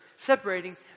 separating